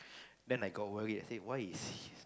then I got worried I say why is